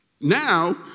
Now